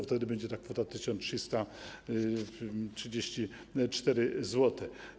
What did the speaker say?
Wtedy będzie to kwota 1334 zł.